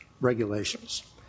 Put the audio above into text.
regulations